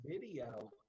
video